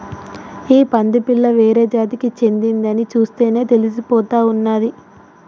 ఈ పంది పిల్ల వేరే జాతికి చెందిందని చూస్తేనే తెలిసిపోతా ఉన్నాది